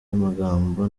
magambo